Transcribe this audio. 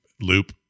loop